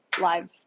live